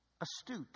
Astute